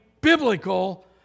biblical